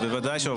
בוודאי שעוברות.